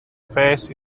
face